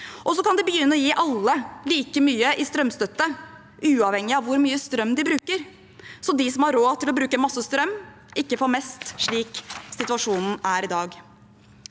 Vi kan også begynne å gi alle like mye i strømstøtte uavhengig av hvor mye strøm de bruker, så de som har råd til å bruke masse strøm, ikke får mest støtte, slik situasjonen er i dag.